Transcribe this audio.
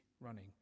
running